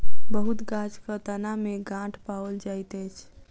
बहुत गाछक तना में गांठ पाओल जाइत अछि